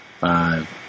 five